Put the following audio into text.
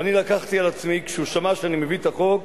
ואני לקחתי על עצמי, כשהוא שמע שאני מביא את החוק